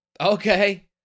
Okay